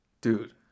Dude